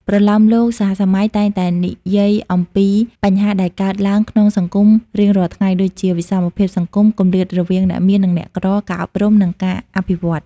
ប្រលោមលោកសហសម័យតែងតែនិយាយអំពីបញ្ហាដែលកើតឡើងក្នុងសង្គមរៀងរាល់ថ្ងៃ ដូចជា វិសមភាពសង្គម គម្លាតរវាងអ្នកមាននិងអ្នកក្រ ការអប់រំ និងការអភិវឌ្ឍន៍។